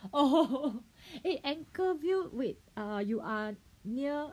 oh eh Anchorvale wait err you are near